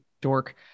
dork